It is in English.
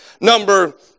number